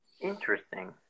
Interesting